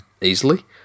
easily